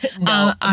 no